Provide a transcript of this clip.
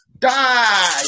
Die